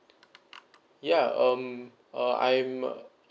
yeah um uh I'm a